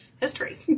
history